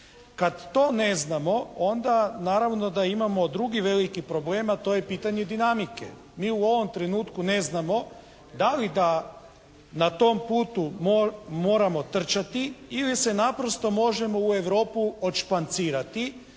Kad to ne znamo onda naravno da imamo drugi veliki problem a to je pitanje dinamike. Mi u ovom trenutku ne znamo da li da na tom putu moramo trčati ili se naprosto možemo u Europu odšpancirati